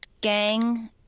Gang